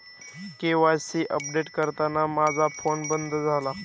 KYC update करताना माझा phone बंद झाला